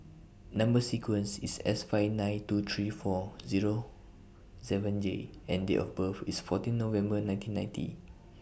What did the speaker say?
Number sequence IS S five nine two three four Zero seven J and Date of birth IS fourteen November nineteen ninety